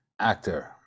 actor